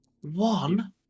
One